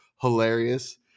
hilarious